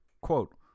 quote